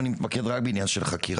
אם אני מתמקד רק בעניין של חקירה,